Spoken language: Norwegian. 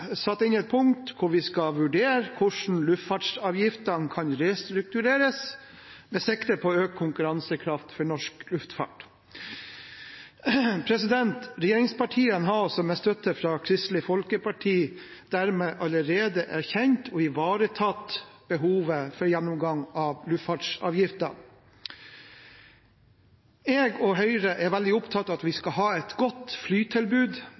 satt inn et punkt hvor vi skal «vurdere hvordan luftfartsavgiftene kan restruktureres med sikte på økt konkurransekraft for norsk luftfart». Regjeringspartiene har altså med støtte fra Kristelig Folkeparti dermed allerede erkjent og ivaretatt behovet for en gjennomgang av luftfartsavgiftene. Jeg – og Høyre – er veldig opptatt av at vi skal ha et godt flytilbud